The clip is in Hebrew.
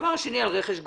הדבר השני זה רכש הגומלין.